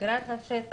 מכירה את השטח,